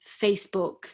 Facebook